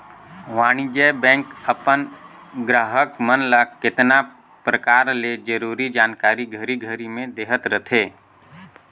वाणिज्य बेंक अपन गराहक मन ल केतना परकार ले जरूरी जानकारी घरी घरी में देहत रथे